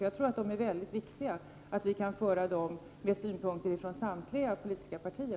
Jag tror att det är viktigt att dessa diskussioner kan föras åtminstone med synpunkter från samtliga politiska partier.